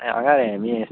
हांगा R M E S